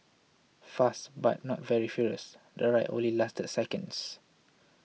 fast but not very furious the ride only lasted seconds